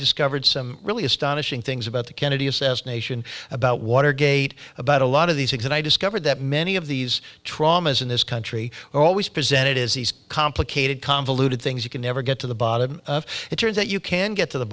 discovered some really astonishing things about the kennedy assassination about watergate about a lot of these eggs and i discovered that many of these traumas in this country are always presented as these complicated convoluted things you can never get to the bottom of it turns out you can get to the